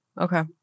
Okay